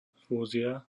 fúzia